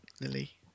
Lily